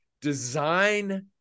design